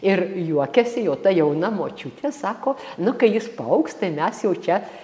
ir juokiasi jau ta jauna močiutė sako nu kai jis paaugs tai mes jau čia